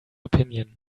opinion